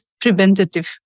preventative